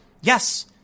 Yes